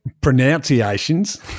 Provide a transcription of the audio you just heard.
pronunciations